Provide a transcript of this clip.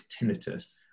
tinnitus